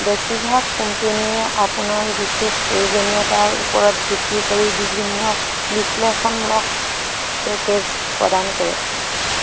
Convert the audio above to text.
বেছিভাগ কোম্পানীয়ে আপোনাৰ বিশেষ প্ৰয়োজনীয়তাৰ ওপৰত ভিত্তি কৰি বিভিন্ন বিশ্লেষণমূলক পেকেজ প্ৰদান কৰে